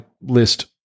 list